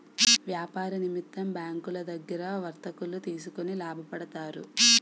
వ్యాపార నిమిత్తం బ్యాంకులో దగ్గర వర్తకులు తీసుకొని లాభపడతారు